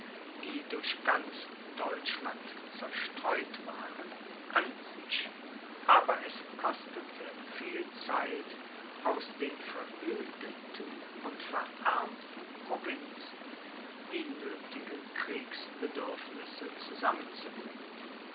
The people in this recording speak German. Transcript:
die durch ganz deutschland zerstreut waren an sich aber es kostete viel zeit aus den verödeten und verarmten provinzen die nöthigen kriegsbedürfnisse zusammenzubringen